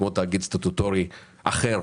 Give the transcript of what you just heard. כמו תאגיד סטטוטורי אחר,